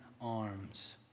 arms